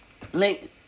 like